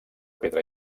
pedra